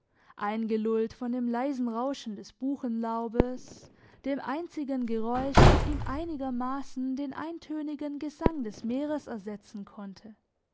eingelullt von dem leisen rauschen des buchenlaubes dem einzigen geräusch das ihm einigermassen den eintönigen gesang des meeres ersetzen konnte